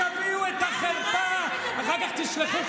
הצווחות שלכם,